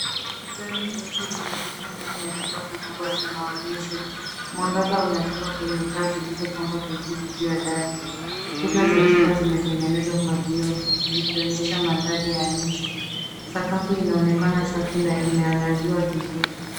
Gari jeupe linaegeshwa ndani ya chumba kikubwa cha maonyesho. Mwangaza unatoka kwenye taa zilizopangwa vizuri juu ya dari. Kuta za chumba zimetengenezwa kwa vioo, zikionyesha mandhari ya nje. Sakafu inaonekana safi na imeangaziwa vizuri.